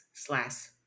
slash